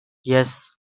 yes